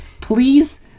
Please